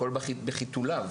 הכל בחיתוליו